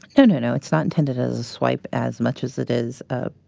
no, no, no. it's not intended as a swipe as much as it is a